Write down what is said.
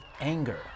anger